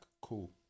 Cool